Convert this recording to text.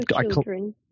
children